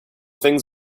things